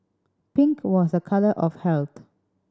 pink was a colour of health